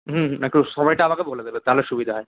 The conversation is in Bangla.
হুম একটু সময়টা আমাকে বলে দেবেন তাহলে সুবিধা হয়